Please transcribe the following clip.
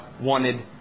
wanted